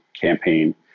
campaign